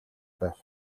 байв